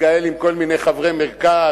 מתקהל עם כל מיני חברי מרכז,